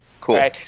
Cool